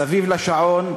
מסביב לשעון,